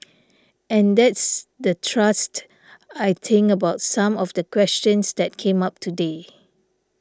and that's the thrust I think about some of the questions that came up today